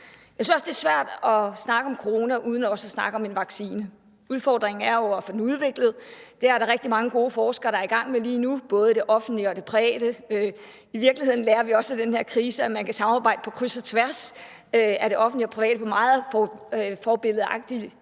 Jeg synes også, det er svært at snakke om corona uden også at snakke om en vaccine. Udfordringen er jo at få den udviklet. Det er der rigtig mange gode forskere, der er i gang med lige nu, både i det offentlige og i det private. I virkeligheden lærer vi også af den her krise, at man kan samarbejde på kryds og tværs mellem det offentlige og det private på en meget forbilledlig